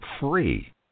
free